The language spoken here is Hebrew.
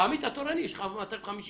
באמי"ת התורני יש 250-300